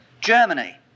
Germany